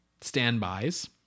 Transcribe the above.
standbys